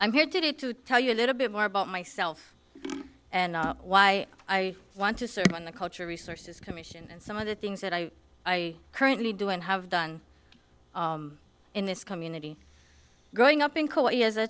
i'm here today to tell you a little bit more about myself and why i want to serve on the cultural resources commission and some of the things that i i currently do and have done in this community growing up in